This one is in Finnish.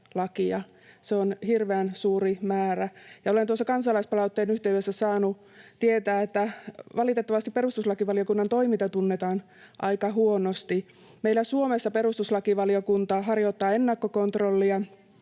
Se on hirveän suuri määrä. Olen tuossa kansalaispalautteiden yhteydessä saanut tietää, että valitettavasti perustuslakivaliokunnan toiminta tunnetaan aika huonosti. Meillä Suomessa perustuslakivaliokunta harjoittaa ennakkokontrollia